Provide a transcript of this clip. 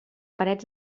parets